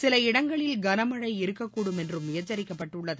சில இடங்களில் கனமழை இருக்கக்கூடும் என்றும் எச்சரிக்கப்பட்டுள்ளது